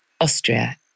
Austria